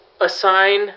assign